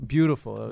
Beautiful